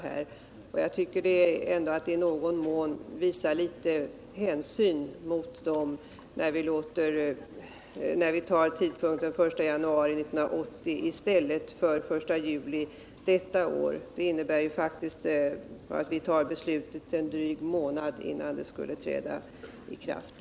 Det innebär att vi i någon mån visar dessa hänsyn när vi föreslår tidpunkten den 1 januari 1980 i stället för den 1 juli detta år. Den senare tidpunkten innebär att beslutet fattas endast en dryg månad innan det skall träda i kraft.